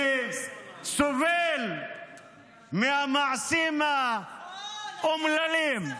שסובל מהמעשים האומללים,